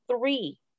three